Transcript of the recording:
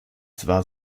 zwar